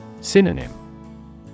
Synonym